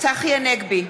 צחי הנגבי,